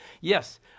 Yes